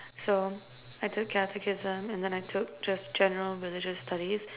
so I took catechism and then I took just general religious studies